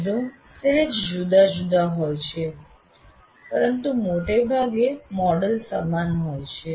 શબ્દો સહેજ જુદા જુદા હોય છે પરંતુ મોટેભાગે મોડેલ સમાન હોય છે